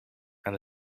and